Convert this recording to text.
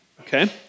Okay